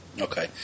Okay